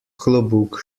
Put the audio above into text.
klobuk